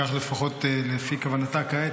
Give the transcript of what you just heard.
כך לפחות לפי כוונתה כעת,